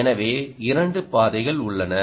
எனவே இரண்டு பாதைகள் உள்ளன